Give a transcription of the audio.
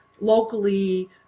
locally